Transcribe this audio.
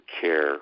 care